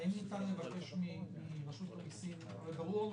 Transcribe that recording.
האם ניתן לבקש מרשות המיסים ברור לנו